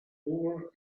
over